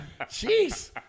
Jeez